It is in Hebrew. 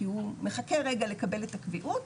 כי הוא מחכה רגע לקבל את הקביעות,